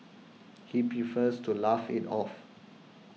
he prefers to laugh it off